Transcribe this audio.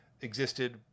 existed